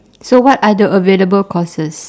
so what are the available courses